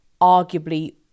arguably